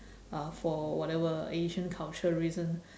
uh for whatever asian culture reason